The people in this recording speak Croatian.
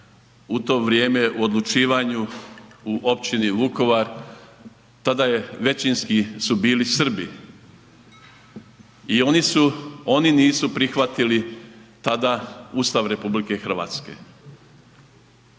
u to vrijeme u odlučivanju u Općini Vukovara, tada su većinski bili Srbi i oni nisu prihvatili tada Ustav RH.